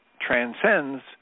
transcends